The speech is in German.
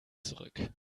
zurück